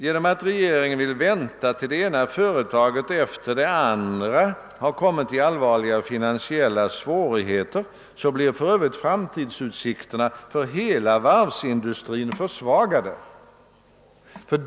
Genom att regeringen vill vänta till dess det ena företaget efter det andra har råkat i'allvarliga finansiella svårigheter blir för Övrigt framtidsutsikterna för hela varvsindustrin försvagade.